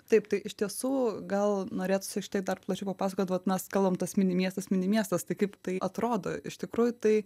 taip tai iš tiesų gal norėtųsi šiek tiek dar plačiau papasakot vat mes kalbam tas mini miestas mini miestas tai kaip tai atrodo iš tikrųjų tai